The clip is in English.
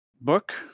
book